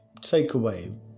takeaway